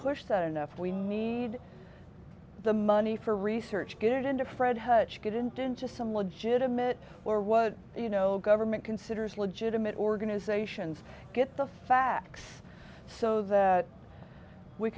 push that enough we need the money for research get into fred hersch get into into some legitimate or what you know government considers legitimate organizations get the facts so that we